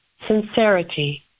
sincerity